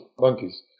monkeys